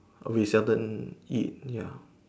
we seldom eat ya